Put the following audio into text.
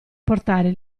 portare